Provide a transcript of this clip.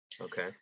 Okay